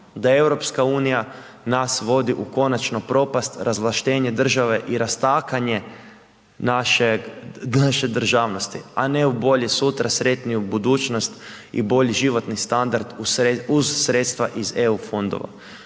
nikamo, da EU nas vodi u konačnu propast, razvlaštenje države i rastakanje naše državnosti, a ne u bolje sutra, sretniju budućnost i bolji životni standard uz sredstva iz EU fondova.